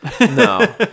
No